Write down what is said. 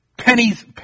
pennies